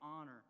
honor